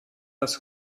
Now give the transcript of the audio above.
dass